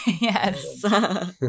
Yes